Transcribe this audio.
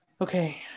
Okay